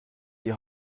die